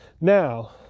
now